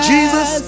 Jesus